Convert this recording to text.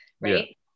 Right